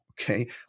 okay